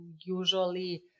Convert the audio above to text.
usually